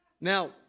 Now